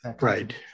Right